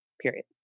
period